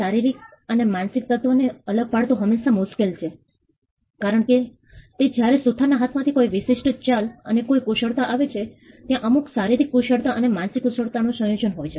શારીરિક અને માનસિક તત્વને અલગ પાડવું હંમેશા મુશ્કેલ છે કારણ કે જ્યારે સુથારના હાથમાંથી કોઈ વિશિષ્ટ ચાલ અથવા કોઈ કુશળતા આવે છે ત્યાં અમુક શારીરિક કુશળતા અને માનસિક કુશળતાનું સંયોજન હોય છે